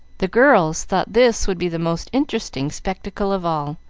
the girls thought this would be the most interesting spectacle of all,